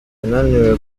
yananiwe